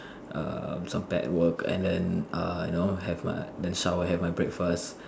err some pair work and then err you know have my so I will have my breakfast